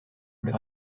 leur